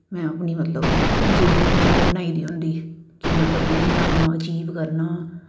में उपनी मतलव जेह्ड़ी उन्नै ओह् बनाई दी कि मतलव में इन्ना अचीव करना